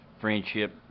Friendship